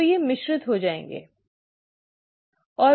तो ये मिश्रित हो जाएंगे है ना